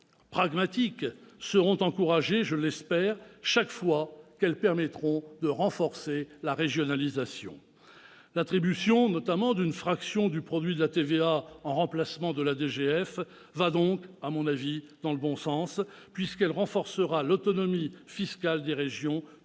pragmatiques seront encouragées, je l'espère, chaque fois qu'elles permettront de renforcer la régionalisation. L'attribution d'une fraction du produit de la TVA en remplacement de la DGF va dans le bon sens, puisqu'elle renforcera l'autonomie fiscale des régions,